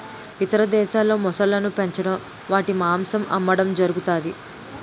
ఇతర దేశాల్లో మొసళ్ళను పెంచడం వాటి మాంసం అమ్మడం జరుగుతది